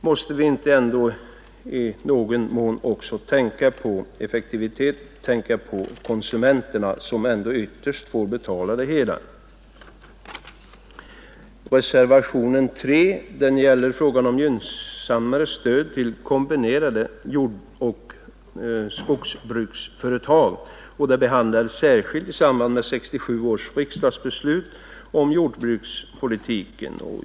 Måste vi inte i någon mån också tänka på effektivitet, tänka på konsumenterna som ändå ytterst får betala det hela? Reservationen 3 gäller frågan om gynnsammare stöd till kombinerade jordoch skogsbruksföretag. Detta behandlades särskilt i samband med 1967 års riksdagsbeslut om jordbrukspolitiken.